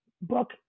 book